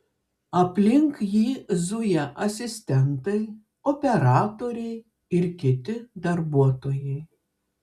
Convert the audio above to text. aplink jį zuja asistentai operatoriai ir kiti darbuotojai